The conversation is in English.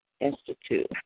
Institute